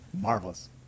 Marvelous